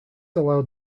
allowed